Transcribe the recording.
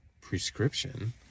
prescription